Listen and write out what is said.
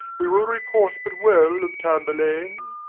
we will report but well of tamburlaine.